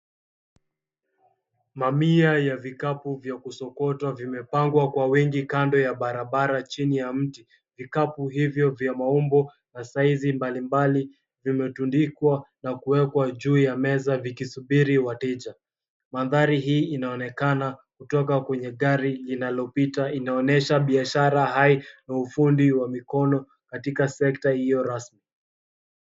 Mamia ya vikapu vya kusokotwa vimepangwa kwa wingi kando ya barabara imepangwa chini ya mti. Vikapu hivyo vya maumbo na saizi mbalimbali vimetundikwa na kuwekwa juu ya meza vikisubiri wateja. Manthari hii inaonekana kutoka kwenye gari linalopita. Inaonyesha biashara hai na ufundi wa mikono katika sekta hiyo rasmi.